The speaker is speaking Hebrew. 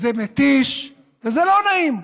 זה מתיש וזה לא נעים.